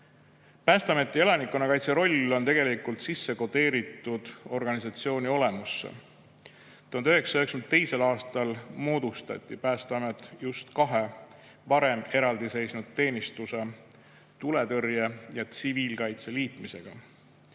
Päästeameti elanikkonnakaitse roll on tegelikult sisse kodeeritud organisatsiooni olemusse. 1992. aastal moodustati Päästeamet just kahe varem eraldi seisnud teenistuse – tuletõrje ja tsiviilkaitse – liitmise